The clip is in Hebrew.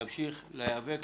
נמשיך לשנות ולהיאבק.